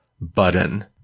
button